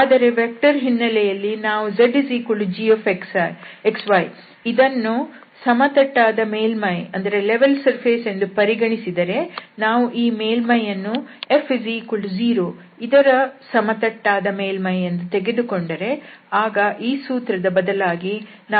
ಆದರೆ ವೆಕ್ಟರ್ ಹಿನ್ನೆಲೆಯಲ್ಲಿ ನಾವು zgxy ಇದನ್ನು ಸಮತಟ್ಟಾದ ಮೇಲ್ಮೈ ಎಂದು ಪರಿಗಣಿಸಿದರೆ ನಾವು ಈ ಮೇಲ್ಮೈಯನ್ನು f0 ಇದರ ಸಮತಟ್ಟಾದ ಮೇಲ್ಮೈ ಎಂದು ತೆಗೆದುಕೊಂಡರೆ ಆಗ ಈ ಸೂತ್ರದ ಬದಲಾಗಿ ನಾವು S∬R|∇f|∇f